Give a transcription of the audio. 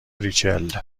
ریچل